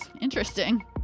Interesting